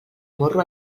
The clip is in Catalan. morro